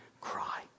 cry